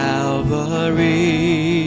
Calvary